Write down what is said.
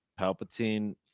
Palpatine